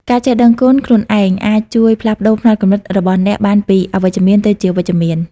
ការចេះដឹងគុណខ្លួនឯងអាចជួយផ្លាស់ប្ដូរផ្នត់គំនិតរបស់អ្នកបានពីអវិជ្ជមានទៅជាវិជ្ជមាន។